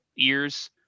ears